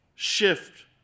shift